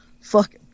Fuck